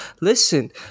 Listen